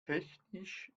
technisch